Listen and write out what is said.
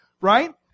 right